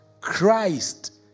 Christ